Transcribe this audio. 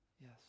yes